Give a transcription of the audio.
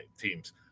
teams